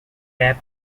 rap